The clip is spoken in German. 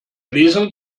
lesen